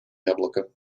яблоко